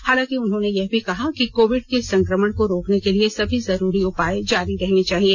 हालांकि उन्होंने यह भी कहा कि कोविड के संक्रमण को रोकने के लिए सभी जरूरी उपाए भी जारी रहने चाहिए